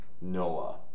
Noah